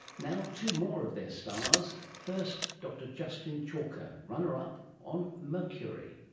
now two more of their stars, first dr justin chalker, runner-up, on mercury.